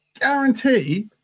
guarantee